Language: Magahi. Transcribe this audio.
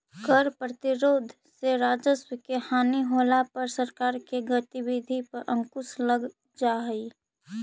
कर प्रतिरोध से राजस्व के हानि होला पर सरकार के गतिविधि पर अंकुश लग जा हई